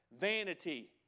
vanity